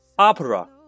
Opera